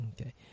Okay